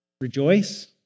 Rejoice